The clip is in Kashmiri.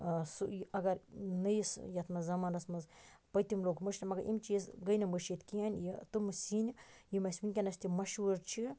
سُہ اگر نٔیِس یتھ مَنٛز زَمانَس مَنٛز پٔتِم لوٚگ مَشنہِ مگر یِم چیٖز گیٚیہِ نہٕ مشیٖد کینٛہہ یہِ تِم سیِن یِم اَسہِ ونکیٚنَس تہِ مشہور چھِ